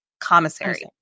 commissary